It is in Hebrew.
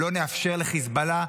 לא נאפשר לחיזבאללה,